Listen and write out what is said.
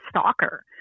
stalker